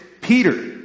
Peter